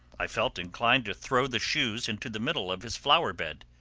i felt inclined to throw the shoes into the middle of his flower-bed.